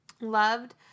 Loved